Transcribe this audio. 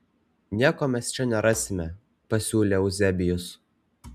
nieko mes čia nerasime pasiūlė euzebijus